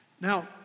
Now